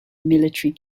military